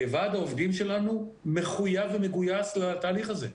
ועד העובדים שלנו מחויב ומגויס לתהליך הזה.